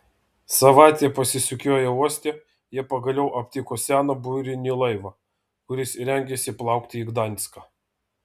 savaitę pasisukioję uoste jie pagaliau aptiko seną burinį laivą kuris rengėsi plaukti į gdanską